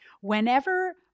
whenever